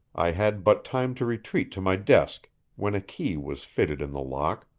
i had but time to retreat to my desk when a key was fitted in the lock,